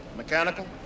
Mechanical